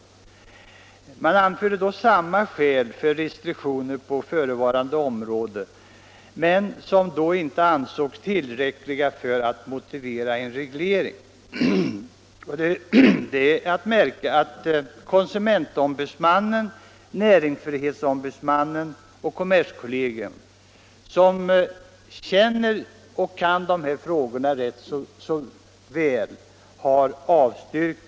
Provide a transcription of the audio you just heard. Man anförde då samma skäl för restriktioner på förevarande område, men dessa ansågs — Lag om tillfällig inte tillräckliga för att motivera en reglering. Det är att märka att konhandel sumentombudsmannen, näringsfrihetsombudsmannen och kommerskollegium, som känner dessa frågor väl, alla har avstyrkt.